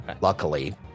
Luckily